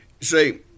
See